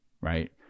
Right